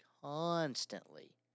constantly